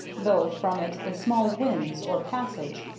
though from it a small winze, or passage,